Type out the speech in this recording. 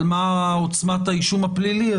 על מה עוצמת האישום הפלילי,